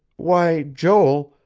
why, joel,